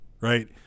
right